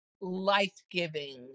life-giving